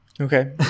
Okay